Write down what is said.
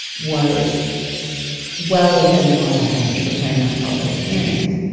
was well within the normal range for perimenopausal experience